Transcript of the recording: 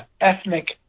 ethnic